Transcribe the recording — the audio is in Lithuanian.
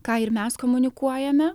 ką ir mes komunikuojame